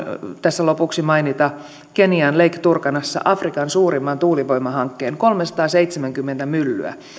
tässä lopuksi mainita kenian lake turkanassa afrikan suurimman tuulivoimahankkeen kolmesataaseitsemänkymmentä myllyä